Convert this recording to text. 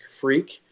freak